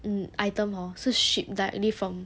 mm items hor 是 ship directly from